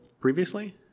previously